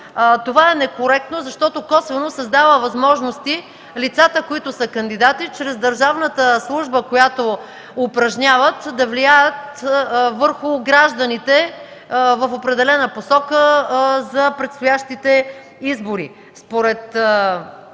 Това е некоректно, защото косвено създава възможности лицата, които са кандидати, чрез държавната служба, която упражняват, да влияят върху гражданите в определена посока за предстоящите избори.